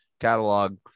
catalog